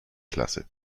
klasse